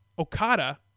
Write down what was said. Okada